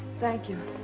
thank you.